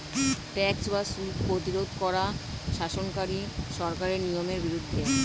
tax বা শুল্ক প্রতিরোধ করা শাসনকারী সরকারের নিয়মের বিরুদ্ধে